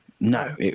No